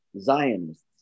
Zionists